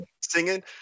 singing